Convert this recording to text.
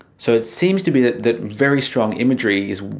so it seems to be that that very strong imagery is,